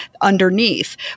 underneath